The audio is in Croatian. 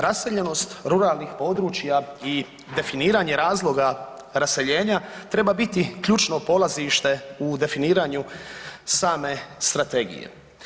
Raseljenost ruralnih područja i definiranje razloga raseljenja treba biti ključno polazište u definiranju same strategije.